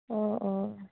অঁ অঁ